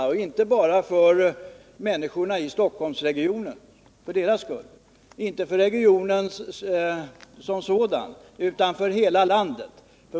Det måste vi göra inte bara för de människors skull som bor i Stockholmsregionen och inte heller för regionen som sådan, utan för hela landet.